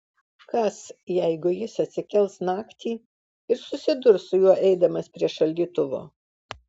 kas jeigu jis atsikels naktį ir susidurs su juo eidamas prie šaldytuvo